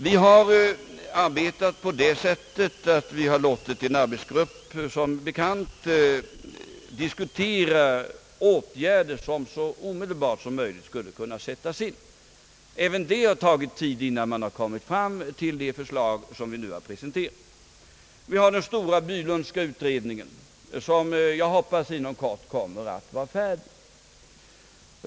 Vi har arbetat på det sättet, att vi som bekant har låtit en arbetsgrupp diskutera åtgärder som så snart som möjligt skulle kunna sättas in. Bara det har tagit tid, innan vi har kommit fram till de förslag som vi nu har presenterat. Vi har den stora Bylundska utredningen, som jag hoppas inom kort kommer att vara färdig.